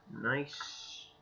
Nice